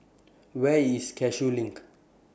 Where IS Cashew LINK